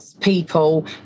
people